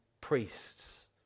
priests